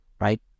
right